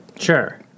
Sure